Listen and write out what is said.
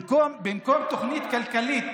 במקום תוכנית כלכלית